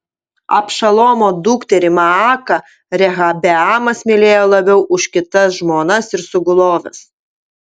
abšalomo dukterį maaką rehabeamas mylėjo labiau už kitas žmonas ir suguloves